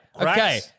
Okay